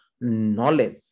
knowledge